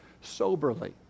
soberly